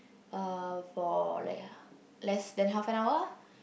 uh for like yeah less than half an hour